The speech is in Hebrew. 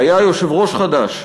שהיה יושב-ראש חד"ש,